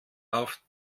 auf